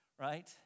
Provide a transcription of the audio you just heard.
right